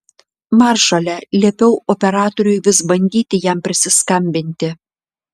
maršale liepiau operatoriui vis bandyti jam prisiskambinti